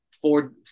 four